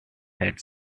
had